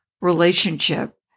relationship